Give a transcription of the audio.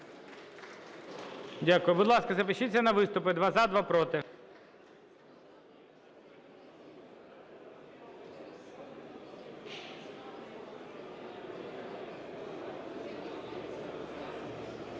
Дякую. Будь ласка, запишіться на виступи: два – за, два – проти.